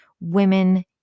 women